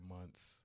months